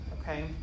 okay